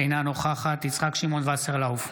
אינה נוכחת יצחק שמעון וסרלאוף,